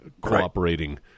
cooperating